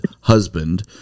husband